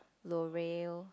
L'oreal